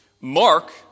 Mark